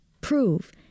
prove